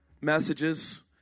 messages